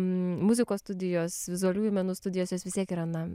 muzikos studijos vizualiųjų menų studijos jos vis tiek yra na